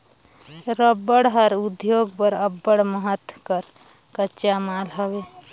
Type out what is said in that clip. रबड़ हर उद्योग बर अब्बड़ महत कर कच्चा माल हवे